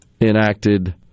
enacted